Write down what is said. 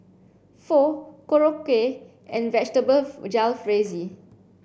Pho Korokke and Vegetable Jalfrezi